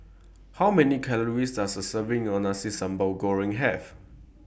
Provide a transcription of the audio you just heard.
How Many Calories Does A Serving of Nasi Sambal Goreng Have